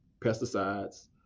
pesticides